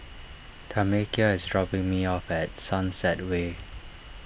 Tamekia is dropping me off at Sunset Way